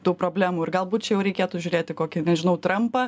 tų problemų ir galbūt čia jau reikėtų žiūrėt į kokį nežinau trampą